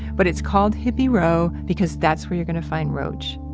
but it's called hippy row because that's where you're going to find rauch,